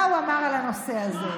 מה הוא אמר על הנושא הזה?